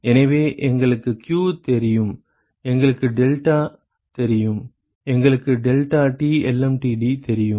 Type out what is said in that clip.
எனவே எங்களுக்கு q தெரியும் எங்களுக்கு டெல்டா தெரியும் எங்களுக்கு deltaTlmtd தெரியும்